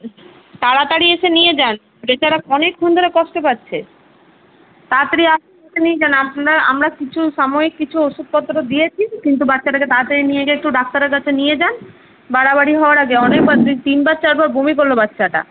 তাড়াতাড়ি এসে নিয়ে যান বেচারা অনেকক্ষন ধরে কষ্ট পাচ্ছে তাড়াতাড়ি আসুন এসে নিয়ে যান আপনারা আমরা কিছু সাময়িক কিছু ওষুধপত্র দিয়েছি কিন্তু বাচ্চাটাকে তাড়াতাড়ি নিয়ে গিয়ে একটু ডাক্তারের কাছে নিয়ে যান বাড়াবাড়ি হওয়ার আগে অনেকবার দুই তিনবার চারবার বমি করলো বাচ্চাটা